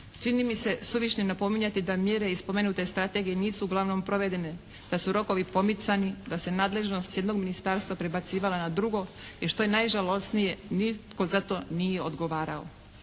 Čini mi se suvišnim napominjati da mjere i spomenute strategije nisu uglavnom provedene, da su rokovi pomicani, da se nadležnost s jednog ministarstva prebacivala na drugo i što je najžalosnije nitko za to nije odgovarao.